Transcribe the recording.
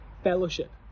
Fellowship